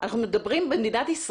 על זה שהם עוברים דירות,